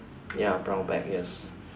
ya brown bag yes